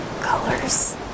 colors